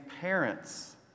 parents